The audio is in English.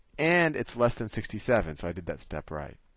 and it's less than sixty seven, so i did that step right.